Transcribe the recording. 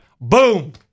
Boom